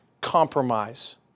compromise